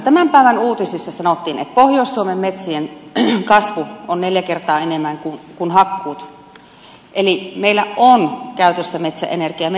tämän päivän uutisissa sanottiin että pohjois suomen metsien kasvu on neljä kertaa enemmän kuin hakkuut eli meillä on käytössä metsäenergiaa ja metsävaroja